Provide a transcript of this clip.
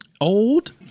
Old